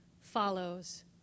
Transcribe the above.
follows